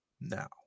Now